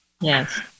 Yes